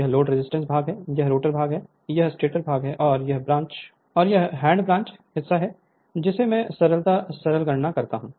यह load resistance भाग है यह रोटर भाग है यह स्टेटर भाग है और यह हैंड ब्रांच हिस्सा है जिसे मैं सरलता सरल गणना कहता हूं